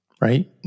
right